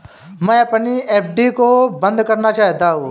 मैं अपनी एफ.डी को बंद करना चाहता हूँ